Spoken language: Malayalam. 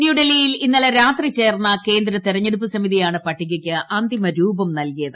ന്യൂഡൽഹിയിൽ ഇന്നലെ രാത്രി ചേർന്ന കേന്ദ്ര തിരഞ്ഞെ ടുപ്പ് സമിതിയാണ് പട്ടികയ്ക്ക് അന്തിമ രൂപം നൽകിയത്